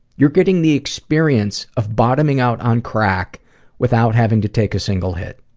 you're getting the experience of bottoming out on crack without having to take a single hit.